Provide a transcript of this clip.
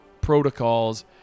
protocols